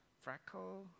freckle